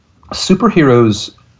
superheroes